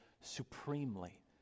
supremely